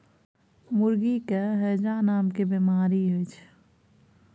मुर्गी के हैजा नामके बेमारी होइ छै